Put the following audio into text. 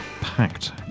packed